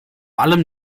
allem